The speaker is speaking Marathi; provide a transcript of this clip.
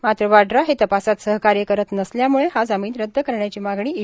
मात्र वाड्रा हे तपासात सहकार्य करत नसल्याम्ळे हा जामीन रद्द करण्याची मागणी ई